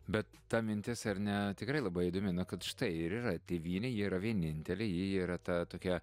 bet ta mintis ar ne tikrai labai įdomi na kad štai ir yra tėvynė ji yra vienintelė ji yra ta tokia